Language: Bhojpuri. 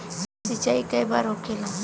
सिंचाई के बार होखेला?